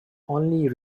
only